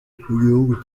gihugu